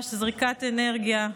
ממש זריקת אנרגיה,